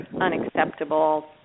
unacceptable